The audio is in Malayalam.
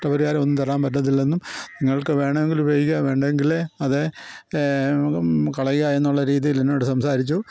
നഷ്ടപരിഹാരം ഒന്നും തരാൻ പറ്റത്തില്ലെന്നും നിങ്ങൾക്ക് വേണമെങ്കിൽ ഉപയോഗിക്കാം വേണ്ടെങ്കിൽ അത് കളയുക എന്നുള്ള രീതിയിൽ എന്നോട് സംസാരിച്ചു